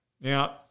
Now